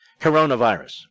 coronavirus